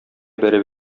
бәреп